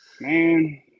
man